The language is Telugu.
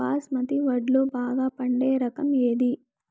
బాస్మతి వడ్లు బాగా పండే రకం ఏది